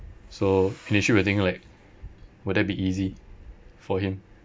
so initially we were thinking like will that be easy for him